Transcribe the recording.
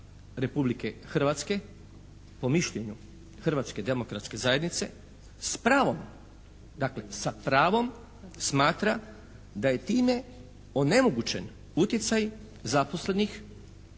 Republike Hrvatske po mišljenju Hrvatske demokratske zajednice s pravom dakle sa pravom smatra da je time onemogućen utjecaj zaposlenih,